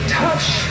touch